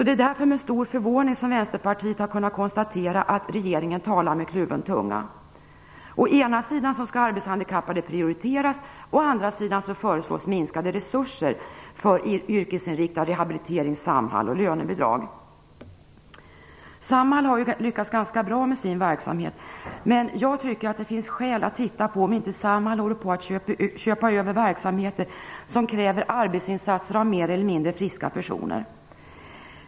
Det är därför med stor förvåning som Vänsterpartiet har kunnat konstatera att regeringen talar men kluven tunga. Å ena sidan skall arbetshandikappade prioriteras, å den andra föreslås minskade resurser för yrkesinriktad rehabilitering vid Samhall och lönebidrag. Samhall har lyckats ganska bra med sin verksamhet. Men jag tycker att det finns skäl att se över om inte Samhall håller på att köpa verksamheter som kräver arbetsinsatser av mer eller mindre friska personer.